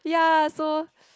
ya so